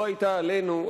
לא היתה עלינו,